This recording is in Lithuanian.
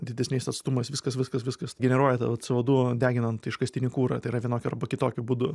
didesniais atstumais viskas viskas viskas generuoja tą va cė o du deginant iškastinį kurą tai yra vienokiu arba kitokiu būdu